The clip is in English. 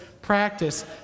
Practice